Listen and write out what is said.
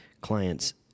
clients